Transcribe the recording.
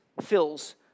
fills